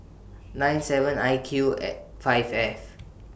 nine seven I Q five F